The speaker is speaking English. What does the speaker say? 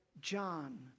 John